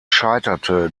scheiterte